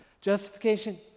Justification